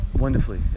wonderfully